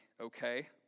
okay